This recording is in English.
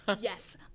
yes